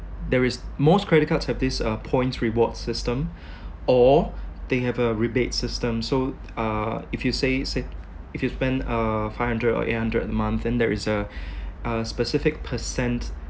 there is most credit cards have this uh points reward system or they have a rebate system so uh if you say sa~ if you spend uh five hundred or eight hundred a month then there is a a specific percent